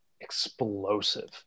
explosive